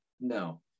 no